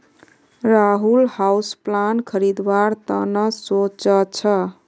Rahul houseplant खरीदवार त न सो च छ